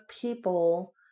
people